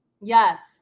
Yes